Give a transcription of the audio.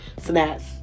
snacks